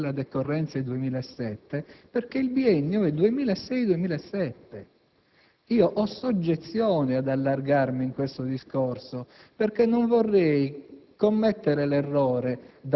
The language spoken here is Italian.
È stato stabilito che la decorrenza è dal 2007 perché il biennio è 2006‑2007. Ho soggezione ad allargarmi in questo discorso perché non vorrei